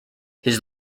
his